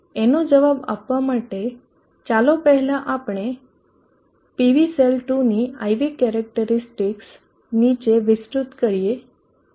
એનો જવાબ આપવા માટે ચાલો પહેલા આપણે PV સેલ 2 ની IV કેરેક્ટરીસ્ટિકસ નીચે વિસ્તૃત કરીએ જેથી તે આ લાઈનને છેદે છે